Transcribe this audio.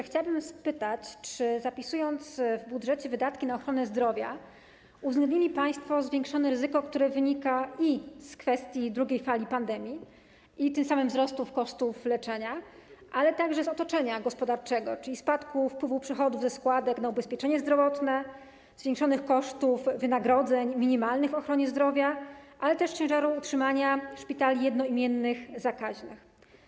Chciałabym zapytać, czy zapisując w budżecie wydatki na ochronę zdrowia, uwzględnili państwo zwiększone ryzyko, które wynika i z kwestii drugiej fali pandemii, i tym samym ze wzrostu kosztów leczenia, ale także z otoczenia gospodarczego, czyli spadku wpływów przychodów ze składek na ubezpieczenie zdrowotne, zwiększonych kosztów wynagrodzeń minimalnych w ochronie zdrowia, ale też z ciężaru utrzymania szpitali jednoimiennych zakaźnych.